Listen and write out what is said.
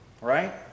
Right